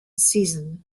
season